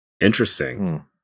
Interesting